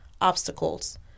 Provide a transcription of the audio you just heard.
obstacles